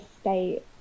state